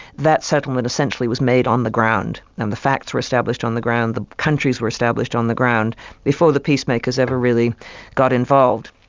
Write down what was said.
that settlement essentially was made on the ground, and the facts were established on the ground, the countries were established on the ground before the peacemakers ever really got involved.